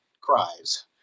cries